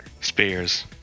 Spears